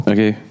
Okay